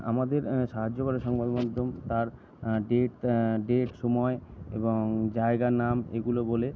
আমাদের সাহায্য করে সংবাদমাধ্যম তার ডেট ডেট সময় এবং জায়গার নাম এগুলো বলে